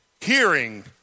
Hearing